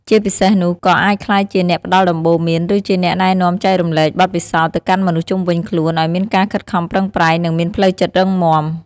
ជាពិសេសនោះ ក៏អាចក្លាយជាអ្នកផ្តល់ដំបូន្មាន ឬជាអ្នកណែនាំចែករំលែកបទពិសោធន៍ទៅកាន់មនុស្សជុំវិញខ្លួនឲ្យមានការខិតខំប្រឹងប្រែង និងមានផ្លូវចិត្តរឹងមាំ។